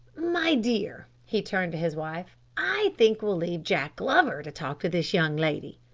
my dear, he turned to his wife, i think we'll leave jack glover to talk to this young lady.